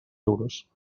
euros